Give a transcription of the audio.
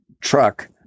truck